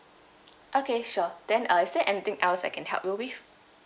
okay sure then uh is there anything else I can help you with